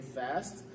fast